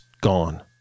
gone